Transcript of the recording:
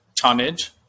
tonnage